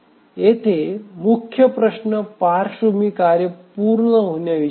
येथे मुख्य प्रश्न पार्श्वभूमी कार्य पूर्ण होण्याविषयी आहे